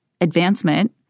advancement